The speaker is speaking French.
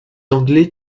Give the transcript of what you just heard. anglais